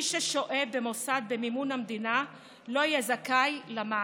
מי ששוהה במוסד במימון המדינה לא יהיה זכאי למענק.